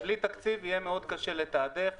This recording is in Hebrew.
בלי תקציב יהיה מאוד קשה לתעדף.